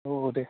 औ औ दे